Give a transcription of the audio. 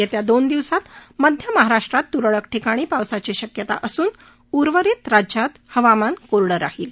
येत्या दोन दिवसात मध्य महाराष्ट्रात तुरळक ठिकाणी पावसाची शक्यता असून उर्वरित राज्यात हवामान कोरडं राहील